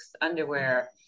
underwear